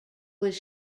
was